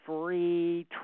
free